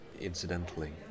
incidentally